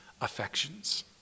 affections